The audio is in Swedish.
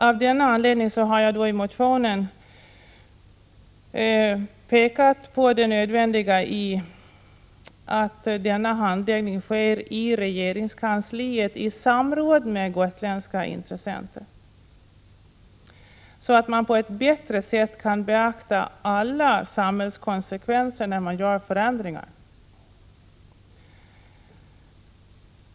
Av denna anledning har jag i motionen pekat på att denna handläggning måste ske i regeringskansliet i samråd med gotländska intressen, så att man på ett bättre sätt kan beakta alla samhällskonsekvenser när man gör förändringar.